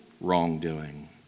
wrongdoing